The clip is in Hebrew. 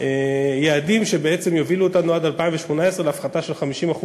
יעדים שיובילו אותנו עד 2018 להפחתה של 50%